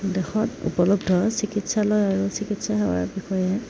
দেশত উপলব্ধ চিকিৎসালয় আৰু চিকিৎসা সেৱাৰ বিষয়ে